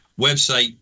website